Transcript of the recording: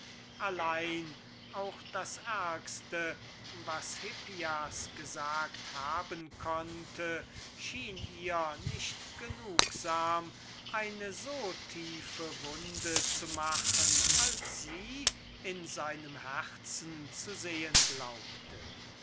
allein was auch hippias gesagt haben konnte schien ihr nicht genugsam eine so tiefe wunde zu machen als sie in seinem herzen zu sehen glaubte